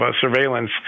surveillance